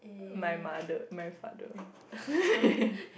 my mother my father